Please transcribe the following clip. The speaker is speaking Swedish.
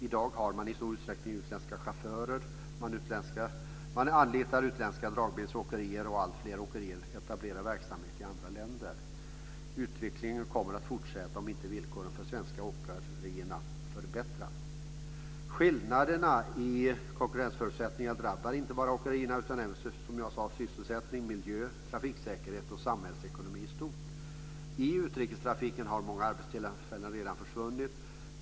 I dag har man i stor utsträckning utländska chaufförer, man anlitar utländska dragbilsåkerier och alltfler åkerier etablerar verksamhet i andra länder. Utvecklingen kommer att fortsätta om inte villkoren för de svenska åkerierna förbättras. Skillnaderna i konkurrensförutsättningar drabbar inte bara åkerierna utan även, som jag sade, sysselsättningen, miljön, trafiksäkerheten och samhällsekonomin i stort. I utrikestrafiken har många arbetstillfällen redan försvunnit.